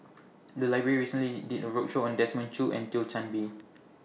The Library recently did A roadshow on Desmond Choo and Thio Chan Bee